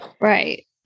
Right